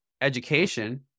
education